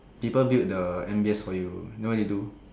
people build the M_B_S for you you know what they do